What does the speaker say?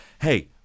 Hey